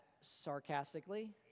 sarcastically